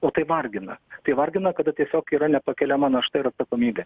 o tai vargina tai vargina kada tiesiog yra nepakeliama našta ir atsakomybė